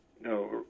No